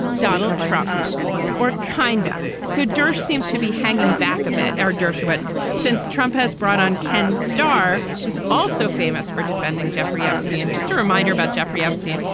donald trump or kind of said so durst seems to be hanging back a bit. our dershowitz since trump has brought on ken starr, who's also famous for defending jeffrey epstein. just a reminder about jeffrey epstein.